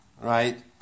Right